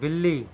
بلی